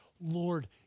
Lord